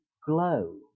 glow